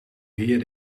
hier